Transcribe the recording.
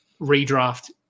Redraft